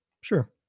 Sure